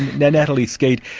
natalie skead,